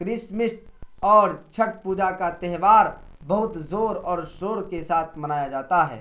Christmas اور چھٹھ پوجا کا تہوار بہت زور اور شور کے ساتھ منایا جاتا ہے